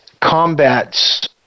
combats